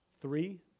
Three